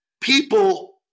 people